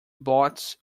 bots